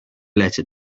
letter